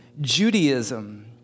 Judaism